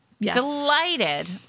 Delighted